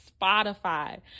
Spotify